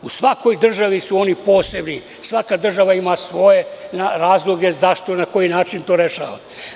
U svakoj državi su oni posebni, svaka država ima svoje razloge zašto i na koji način to rešava.